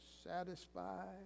satisfied